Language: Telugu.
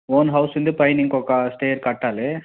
ఓన్ హౌస్ ఉంది పైన ఇంకొక స్టేర్ కట్టాలి